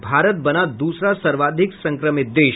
भारत बना द्रसरा सर्वाधिक संक्रमित देश